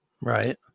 Right